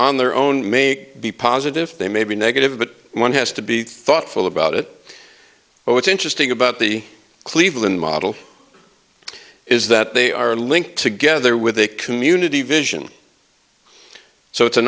on their own may be positive they may be negative but one has to be thoughtful about it but what's interesting about the cleveland model is that they are linked together with a community vision so it's a